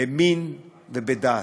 במין ובדת.